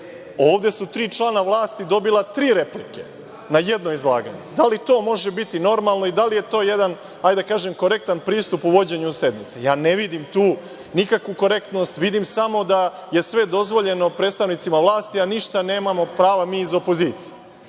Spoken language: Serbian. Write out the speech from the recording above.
Ovde su tri člana vlasti dobila tri replike na jedno izlaganje. Da li to može biti normalno i da li je to jedan, hajde da kažem, korektan pristup u vođenju sednice? Ja ne vidim tu nikakvu korektnost. Vidim samo da je sve dozvoljeno predstavnicima vlasti, a ništa nemamo prava mi iz opozicije.